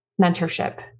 mentorship